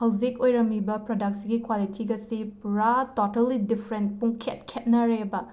ꯍꯧꯖꯤꯛ ꯑꯣꯏꯔꯝꯃꯤꯕ ꯄ꯭ꯔꯗꯛꯁꯁꯤꯒꯤ ꯀ꯭ꯋꯥꯂꯤꯇꯤꯒꯁꯤ ꯄꯨꯔꯥ ꯇꯣꯇꯜꯂꯤ ꯗꯤꯐ꯭ꯔꯦꯟ ꯄꯨꯡꯈꯦꯠ ꯈꯦꯠꯅꯔꯦꯕ